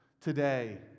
today